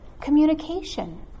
communication